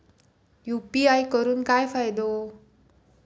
UPI करून काय फायदो?